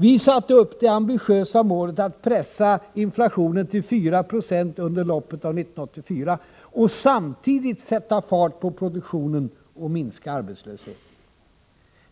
Vi satte upp det ambitiösa målet att pressa inflationen till 4 96 under loppet av 1984 och samtidigt sätta fart på produktionen och minska arbetslösheten.